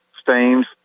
stains